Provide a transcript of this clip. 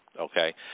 okay